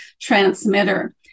transmitter